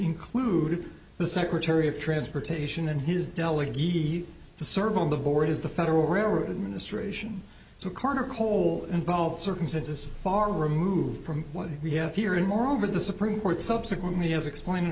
include the secretary of transportation and his delegate he to serve on the board is the federal railroad administration so carter cole involved circumstances far removed from what we have here and moreover the supreme court subsequently as explain